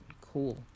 cool